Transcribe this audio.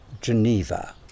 Geneva